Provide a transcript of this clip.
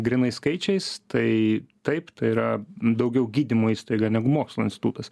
grynai skaičiais tai taip tai yra daugiau gydymo įstaiga negu mokslo institutas